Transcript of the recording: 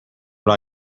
what